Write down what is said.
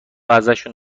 ازشون